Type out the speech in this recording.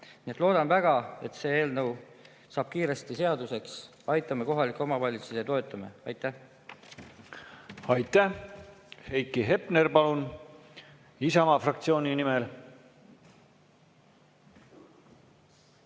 loodan väga, et see eelnõu saab kiiresti seaduseks. Aitame kohalikke omavalitsusi ja toetame neid! Aitäh! Aitäh! Heiki Hepner, palun, Isamaa fraktsiooni nimel!